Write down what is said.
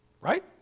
Right